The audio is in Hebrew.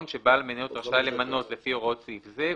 שבעל מניות רשאי למנות לפי הוראות סעיף זה,